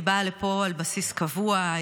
היא באה לפה על בסיס קבוע,